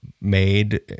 made